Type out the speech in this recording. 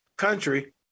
Country